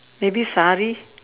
maybe sari